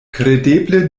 kredeble